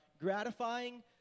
gratifying